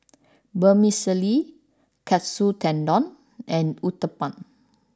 Vermicelli Katsu Tendon and Uthapam